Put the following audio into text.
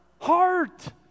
heart